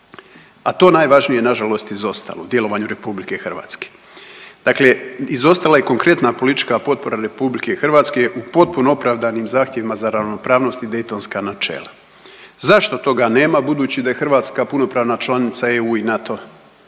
a to najvažnije je nažalost izostalo u djelovanju RH. Dakle izostala je konkretna politička potpora RH u potpuno opravdanim zahtjevima za ravnopravnost i daytonska načela. Zašto toga nema budući da je Hrvatska punopravna članica EU i NATO